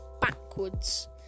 backwards